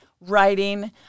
writing